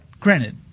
Granted